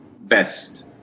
best